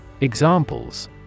Examples